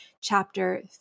chapter